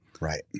Right